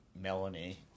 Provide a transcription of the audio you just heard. Melanie